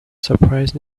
surprised